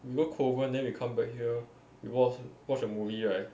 we go kovan then we come back here we watch watch a movie right